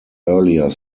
earlier